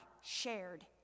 shared